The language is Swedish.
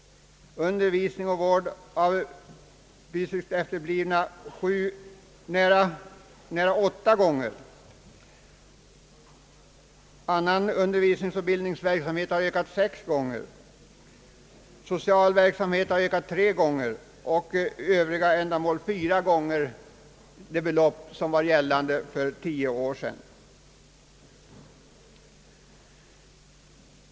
Utgifterna för undervisning och vård av psykiskt efterblivna är åtta gånger så stora, utgifterna för undervisningsoch bildningsverksamhet sex gånger så stora, utgifterna för social verksamhet tre gånger så stora och utgifterna för övriga ändamål fyra gånger så stora som för tio år sedan.